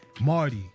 marty